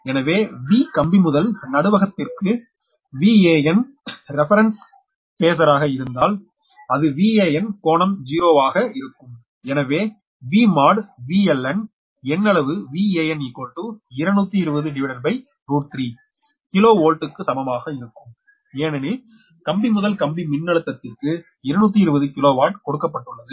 எனவே V கம்பிமுதல் நடுவகத்திற்கு Van ரெபெரென்ஸ் பேசராக இருந்தால் அது Van கோணம் 0 ஆக இருக்கும் எனவே V mod VLN எண்ணளவு Van2203கிலோ வோல்ட் க்கு சமமாக இருக்கும் ஏனெனில் கம்பி முதல் கம்பி மின்னழுத்தத்திற்கு 220 KV கொடுக்கப்பட்டுள்ளது